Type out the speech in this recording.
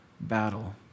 battle